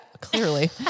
clearly